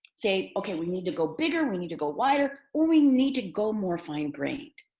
say, okay, we need to go bigger, we need to go wider or we need to go more fine grained.